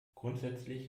grundsätzlich